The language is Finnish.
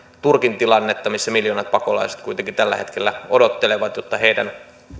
turkin tilannetta missä miljoonat pakolaiset kuitenkin tällä hetkellä odottelevat jotta heidän